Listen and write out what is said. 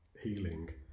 healing